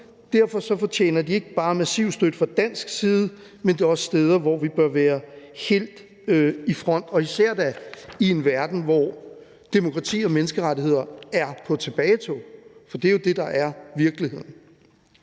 Derfor fortjener de ikke bare massiv støtte fra dansk side, men det er også steder, hvor vi bør være helt i front, og især da i en verden, hvor demokrati og menneskerettigheder er på tilbagetog. For det er jo det, der er virkeligheden.